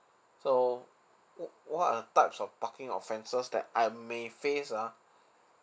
so what what are the types of parking offences that I may face ah